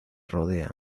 rodean